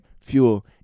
fuel